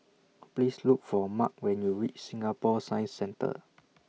Please Look For Mark when YOU REACH Singapore Science Centre